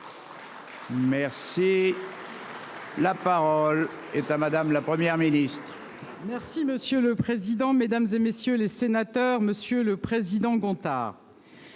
Merci. La parole est à madame la Première ministre. Si monsieur le président, Mesdames, et messieurs les sénateurs, Monsieur le président Gontard.